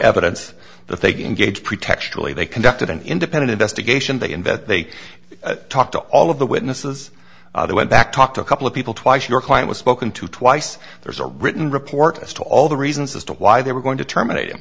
evidence that they can engage pretextual a they conducted an independent investigation they invent they talked to all of the witnesses they went back talked to a couple of people twice your client was spoken to twice there's a written report as to all the reasons as to why they were going to terminat